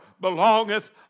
belongeth